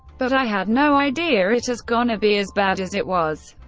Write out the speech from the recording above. but i had no idea it as gonna be as bad as it was.